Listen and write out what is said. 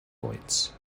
points